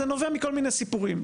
זה נובע מכל מיני סיפורים.